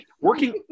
Working